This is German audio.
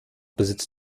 besitzt